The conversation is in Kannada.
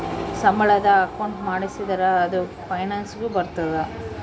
ಸಂಬಳದ ಅಕೌಂಟ್ ಮಾಡಿಸಿದರ ಅದು ಪೆನ್ಸನ್ ಗು ಬರ್ತದ